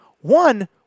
One